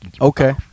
Okay